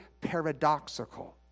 paradoxical